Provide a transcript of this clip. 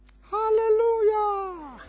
Hallelujah